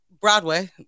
Broadway